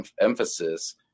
emphasis